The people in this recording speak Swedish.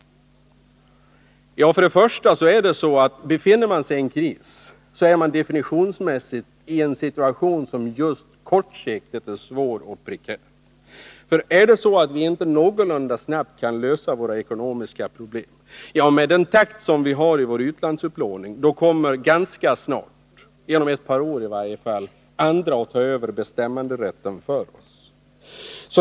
Ja, om man befinner sig i en kris är man definitionsmässigt i en situation som just kortsiktigt är svår och prekär. Om vi inte någorlunda snabbt kan lösa våra ekonomiska problem kommer, med den takt som vi har i vår utlandsupplåning, ganska snart — inom ett par år i varje fall — andra att ta över bestämmanderätten för oss.